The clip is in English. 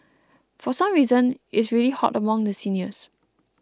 for some reason is really hot among the seniors